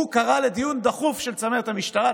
הוא קרא לדיון דחוף של צמרת המשטרה,